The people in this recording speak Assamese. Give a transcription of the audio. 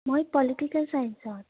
মই পলিটিকেল চাইঞ্চত